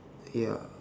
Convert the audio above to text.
ya